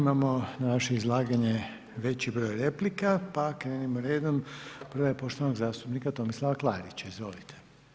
Imamo na vaše izlaganje veći broj replika, pa krenimo redom, prva je poštovanog zastupnika Tomislava Klarića, izvolite.